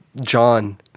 John